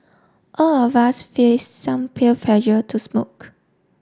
all of us face some peer pressure to smoke